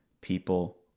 people